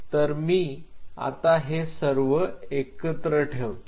तर मी आता हे सर्व एकत्र ठेवतो